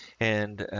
and,